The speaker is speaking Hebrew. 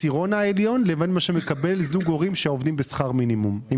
בנקודות זיכוי שמקבל פרט בעשירון העליון עבור שני ילדים.